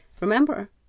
Remember